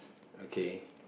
okay